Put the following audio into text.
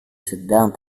sedang